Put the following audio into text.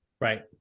Right